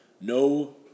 No